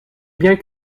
biens